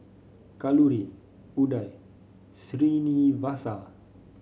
Kalluri Udai Srinivasa